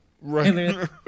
Right